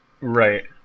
Right